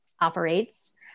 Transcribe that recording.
operates